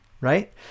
Right